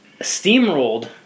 steamrolled